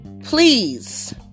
Please